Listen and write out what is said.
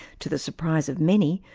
to the surprise of many,